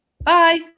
Bye